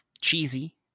Cheesy